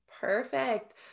Perfect